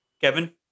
Kevin